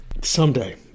someday